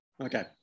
Okay